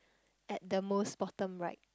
at the most bottom right